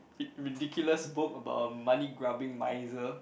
ri~ ridiculous book about a money grubbing miser